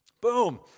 Boom